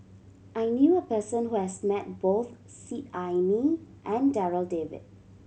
I knew a person who has met both Seet Ai Mee and Darryl David